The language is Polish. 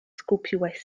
skupiłaś